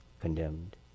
condemned